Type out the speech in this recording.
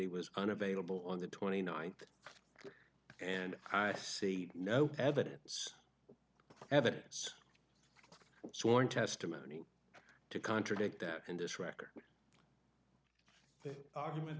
he was unavailable on the twenty ninth and i see no evidence evidence sworn testimony to contradict that in this record the argument